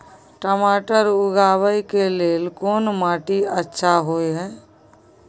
टमाटर उगाबै के लेल कोन माटी अच्छा होय है?